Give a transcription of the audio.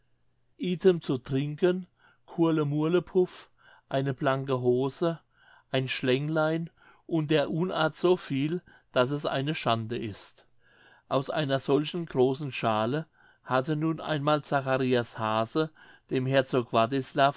zu trinken kurle murlepuff eine blanke hose ein schlänglein und der unart soviel daß es eine schande ist aus einer solchen großen schale hatte nun einmal zacharias hase dem herzog